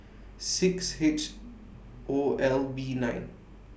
six H O L B nine